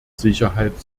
sicherheit